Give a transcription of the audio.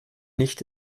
nicht